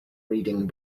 reading